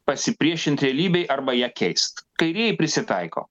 pasipriešint realybei arba ją keist kairieji prisitaiko